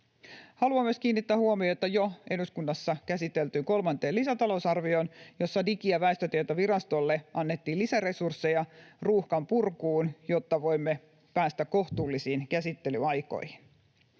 Haluan myös kiinnittää huomiota eduskunnassa jo käsiteltyyn kolmanteen lisätalousarvioon, jossa Digi‑ ja väestötietovirastolle annettiin lisäresursseja ruuhkan purkuun, jotta voimme päästä kohtuullisiin käsittelyaikoihin.